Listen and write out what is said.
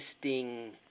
existing